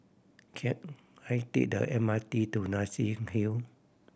can I take the M R T to Nassim Hill